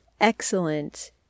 excellent